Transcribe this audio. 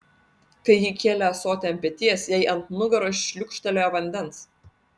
kai ji kėlė ąsotį ant peties jai ant nugaros šliūkštelėjo vandens